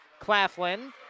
Claflin